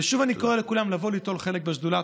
ושוב אני קורא לכולם לבוא ליטול חלק בישיבת השדולה.